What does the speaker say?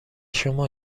شما